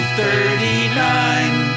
thirty-nine